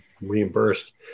reimbursed